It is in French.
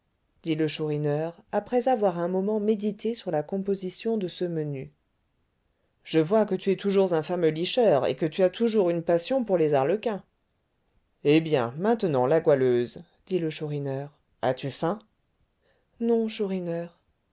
chourineur après avoir un moment médité sur la composition de ce menu je vois que tu es toujours un fameux licheur et que tu as toujours une passion pour les arlequins eh bien maintenant la goualeuse dit le chourineur as-tu faim non chourineur